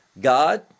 god